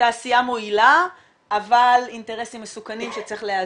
תעשיה מועילה אבל אינטרסים מסוכנים שצריך לאזן,